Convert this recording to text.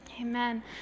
Amen